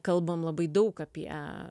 kalbame labai daug apie